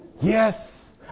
Yes